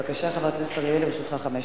בבקשה, חבר כנסת אריאל, לרשותך חמש דקות.